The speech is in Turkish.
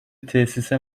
tesise